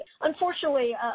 Unfortunately